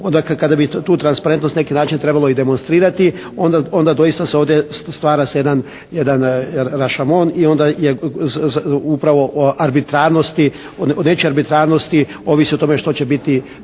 kada bi tu transparentnost na neki način trebalo i demonstrirati onda doista se ovdje stvara se jedan rašomon i onda upravo o arbitrarnosti, o nečijoj arbitrarnosti ovisi o tome što će biti